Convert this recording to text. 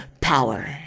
power